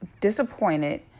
disappointed